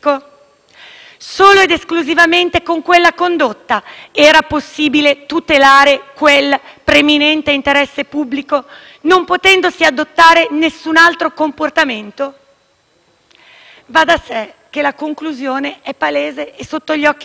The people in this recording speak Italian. preminente interesse pubblico non potendosi adottare nessun altro comportamento? Va da sé che la conclusione è palese e sotto gli occhi di tutti, perché con questa condotta non si è contrastata l'immigrazione, e lo si è visto anche oggi.